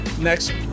Next